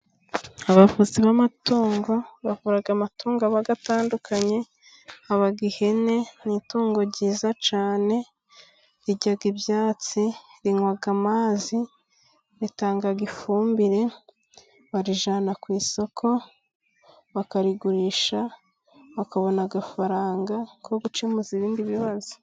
Abavuzi b'amatungo bavuraga amatungo abagatandukanye, habaga ihene ni itungo ryiza cyane riryaga ibyatsi rinywaga amazi ritanga ifumbire barijyana ku isoko bakarigurisha bakabona amafaranga yo gukemuza ibindi bibazo.